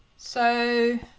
so